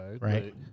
Right